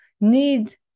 need